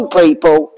people